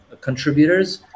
contributors